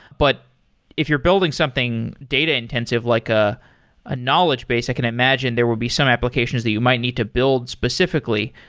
but if you're building something data-intensive, like a ah knowledge base, i can imagine there would be some applications that you might need to build specifically.